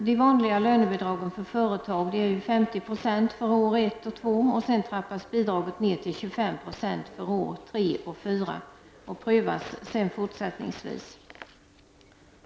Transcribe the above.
De vanliga lönebidragen för företag är 50 2 för år 1 och 2, sedan trappas bidraget ner till 25 90 för år 3 och 4 och prövas därefter fortsättningsvis.